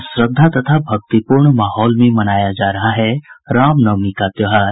और श्रद्धा तथा भक्तिपूर्ण माहौल में मनाया जा रहा है रामनवमी का त्योहार